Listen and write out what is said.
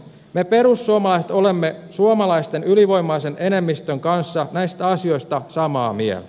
me perussuomalaiset olemme suomalaisten ylivoimaisen enemmistön kanssa näistä asioista samaa mieltä